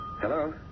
Hello